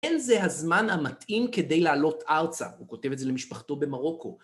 אין זה הזמן המתאים כדי לעלות ארצה, הוא כותב את זה למשפחתו במרוקו.